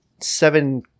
seven